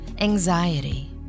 anxiety